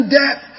death